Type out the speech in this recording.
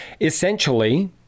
Essentially